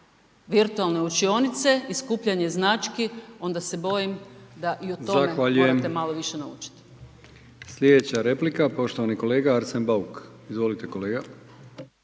virtualne učionice i skupljanje znači, onda se bojim da i o tome morate malo više naučiti.